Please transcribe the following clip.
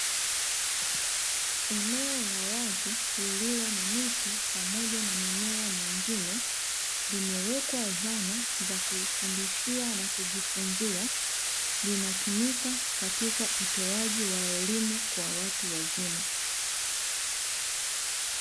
Eneo la wazi lililo na miti pamoja na mimea mengine limewekwa zana za kufundishia na kujifunzia, linatumika katika utowaji wa elimu kwa watu wazima.